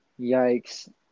Yikes